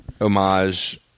homage